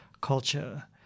culture